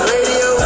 Radio